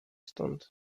stąd